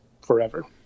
forever